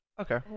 okay